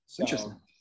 Interesting